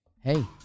Hey